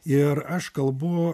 ir aš kalbu